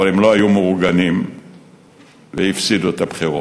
אבל הם לא היו מאורגנים והפסידו בבחירות.